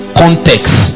context